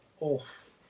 off